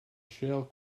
shale